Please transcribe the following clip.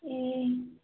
ए